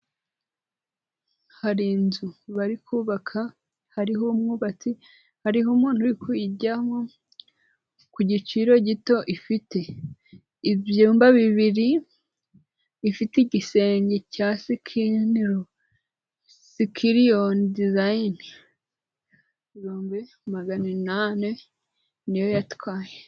Hari inzu bari kubaka, hariho umwubatsi, hariho umuntu uri kuyijyamo, ku giciro gito, ifite ibyumba bibiri, ifite igisenge cya sikiliyoni dizayini, ibihumbi magana inane niyo yatwaye.